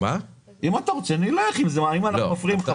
אם אנחנו מפריעים לך פה.